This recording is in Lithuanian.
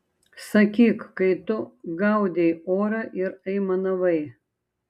sakyk kai tu gaudei orą ir aimanavai